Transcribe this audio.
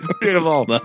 Beautiful